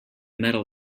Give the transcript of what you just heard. medal